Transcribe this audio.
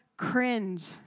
cringe